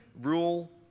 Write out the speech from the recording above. rule